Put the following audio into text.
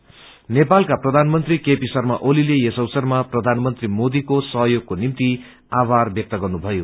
नोपलका प्रधानमंत्री केपी शर्मा ओलीले यस अवसरमा प्रधानमंत्री मोदीको सहयोगको निम्ति आभर व्यक्त गर्नुमयो